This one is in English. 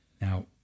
now